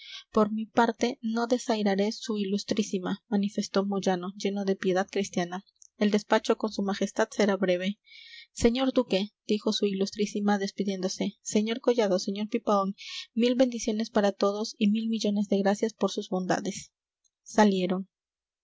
por mi parte no desairaré a su ilustrísima manifestó moyano lleno de piedad cristiana el despacho con su majestad será breve señor duque dijo su ilustrísima despidiéndose sr collado sr pipaón mil bendiciones para todos y mil millones de gracias por sus bondades salieron